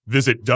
Visit